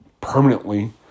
permanently